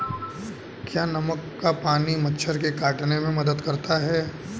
क्या नमक का पानी मच्छर के काटने में मदद करता है?